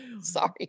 sorry